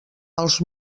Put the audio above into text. els